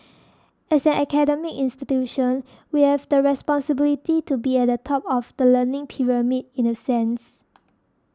as an academic institution we have the responsibility to be at the top of the learning pyramid in the sense